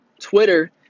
Twitter